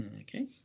Okay